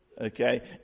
Okay